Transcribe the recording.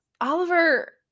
Oliver